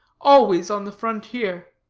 always on the frontier.